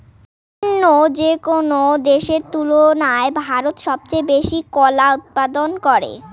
অইন্য যেকোনো দেশের তুলনায় ভারত সবচেয়ে বেশি কলা উৎপাদন করে